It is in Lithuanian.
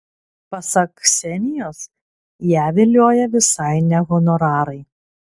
pasak ksenijos ją vilioja visai ne honorarai